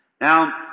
Now